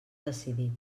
decidit